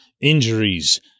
injuries